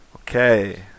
Okay